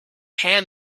hand